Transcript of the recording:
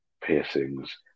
piercings